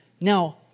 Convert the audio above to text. Now